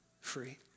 free